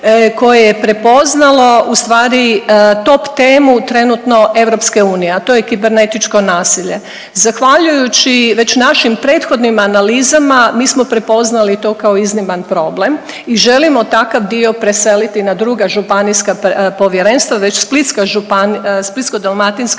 koje je prepoznalo ustvari top temu trenutno EU, a to je kibernetičko nasilje. Zahvaljujući već našim prethodnim analizama mi smo prepoznali to kao izniman problem i želimo takav dio preseliti na druga županijska povjerenstva, već Splitsko-dalmatinska